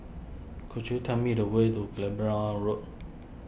could you tell me the way to Road